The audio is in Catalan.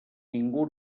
ningú